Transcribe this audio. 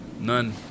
None